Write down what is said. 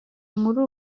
muri